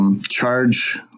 Charge